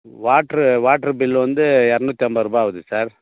water water bill வந்து இரநூத்தி ஐம்பதுரூபா ஆவுது சார்